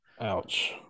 Ouch